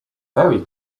very